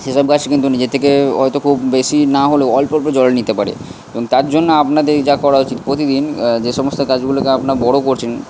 সে সব গাছ কিন্তু নিজে থেকে হয়তো খুব বেশি না হলেও অল্প অল্প জল নিতে পারে এবং তার জন্য আপনাদের যা করা উচিত প্রতিদিন যে সমস্ত গাছগুলোকে আপনা বড়ো করছেন